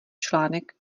článek